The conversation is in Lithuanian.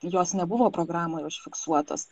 jos nebuvo programoj užfiksuotos